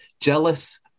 jealous